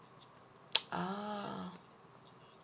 ah